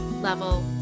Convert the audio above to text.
level